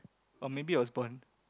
or maybe I was born